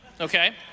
okay